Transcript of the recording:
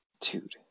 Dude